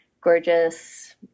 gorgeous